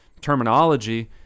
terminology